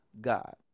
God